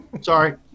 Sorry